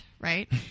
right